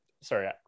sorry